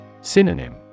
Synonym